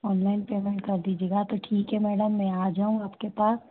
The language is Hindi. ऑनलाइन पेमेंट कर दीजिएगा तो ठीक है मैडम में आ जाऊँ आप के पास